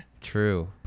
True